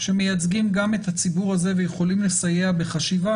שמייצגים גם את הציבור הזה ויכולים לסייע בחשיבה,